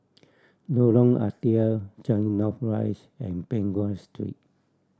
Lorong Ah Thia Changi North Rise and Peng Nguan Street